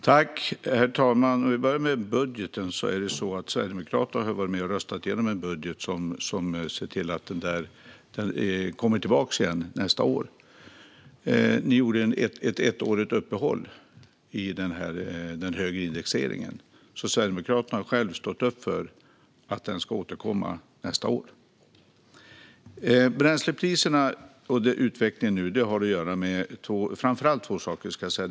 Herr talman! Vi kan börja med budgeten. Sverigedemokraterna har varit med och röstat igenom en budget som innebär att detta kommer tillbaka nästa år. Ni gjorde ett ettårigt uppehåll i fråga om den högre indexeringen. Sverigedemokraterna har alltså själva stått upp för att den ska återkomma nästa år. Bränslepriserna och utvecklingen nu har framför allt att göra med två saker, ska jag säga.